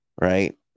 Right